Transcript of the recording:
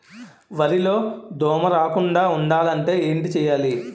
వరిలో దోమ రాకుండ ఉండాలంటే ఏంటి చేయాలి?